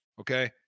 Okay